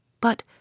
But